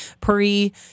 pre